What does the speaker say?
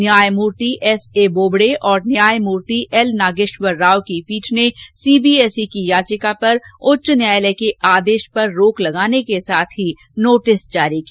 न्यायमूर्ति एसए बोबडे और न्यायमूर्ति एल नागेश्वर राव की पीठ ने सीबीएसई की याचिका पर उच्च न्यायालय के आदेश पर रोक लगाने के साथ ही नोटिस जारी किया